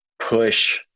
push